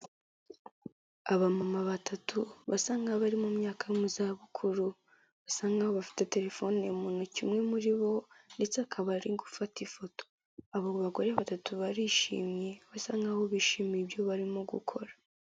Abamama batatu basa nk'abari mu myaka yo mu zabukuru basa nk'aho bafite telefone mu ntoki, umwe muri bo ndetse akaba ari gufata ifoto, abo bagore batatu barishimye basa nk'aho bishimiye ibyo barimo gukora.